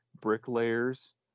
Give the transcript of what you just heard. bricklayers